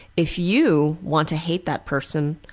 if you want to hate that person,